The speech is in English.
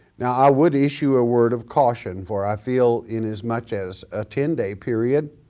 now i would issue a word of caution for i feel in as much as a ten day period